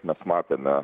mes matėme